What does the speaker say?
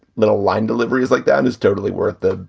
little line delivery is like that is totally worth the,